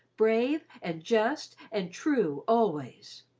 brave and just and true always.